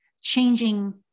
changing